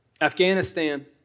Afghanistan